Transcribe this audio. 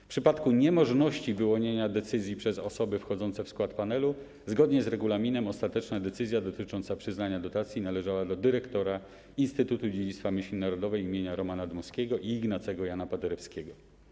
W przypadku niemożności podjęcia decyzji o wyłonieniu przez osoby wchodzące w skład panelu zgodnie z regulaminem ostateczna decyzja dotycząca przyznania dotacji należała do dyrektora Instytutu Dziedzictwa Myśli Narodowej im. Romana Dmowskiego i Ignacego Jana Paderewskiego.